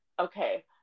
Okay